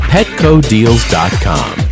PetCodeals.com